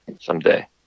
someday